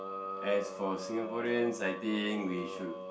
as for Singaporeans I think we should